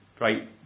Right